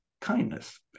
Kindness